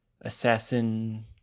assassin